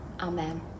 Amen